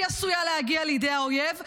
שהיא עשויה להגיע לידי האויב,